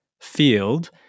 field